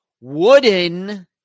wooden